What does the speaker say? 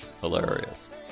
Hilarious